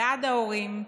בעד ההורים,